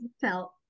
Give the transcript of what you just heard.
felt